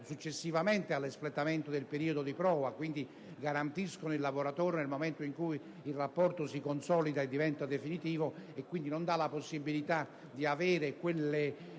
successivo all'espletamento del periodo di prova e quindi garantiscono il lavoratore nel momento in cui il rapporto si consolida e diventa definitivo; esse non offrono quindi spazio a quelle